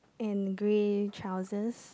and grey trousers